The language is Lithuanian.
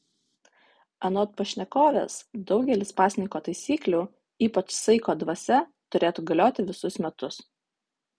anot pašnekovės daugelis pasninko taisyklių ypač saiko dvasia turėtų galioti visus metus